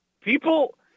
people